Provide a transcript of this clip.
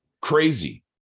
crazy